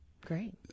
great